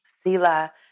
Sila